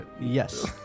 Yes